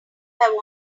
want